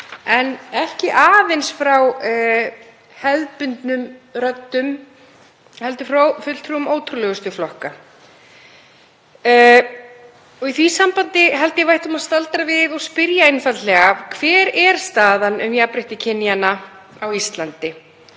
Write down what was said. en ekki aðeins frá hefðbundnum röddum heldur frá fulltrúum ótrúlegustu flokka. Í því sambandi held ég að við ættum að staldra við og spyrja einfaldlega: Hver er staða jafnréttis kynjanna á Íslandi?